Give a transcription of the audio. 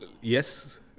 yes